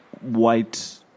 white